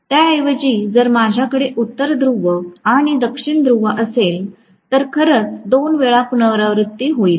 त्याऐवजी जर माझ्याकडे उत्तर ध्रुव आणि दक्षिण ध्रुव असेल तर खरंच दोन वेळा पुनरावृत्ती होईल